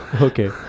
Okay